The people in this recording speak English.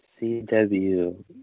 CW